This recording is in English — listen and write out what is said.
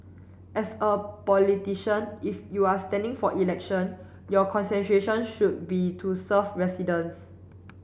as a politician if you are standing for election your concentration should be to serve residents